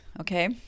okay